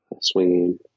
swinging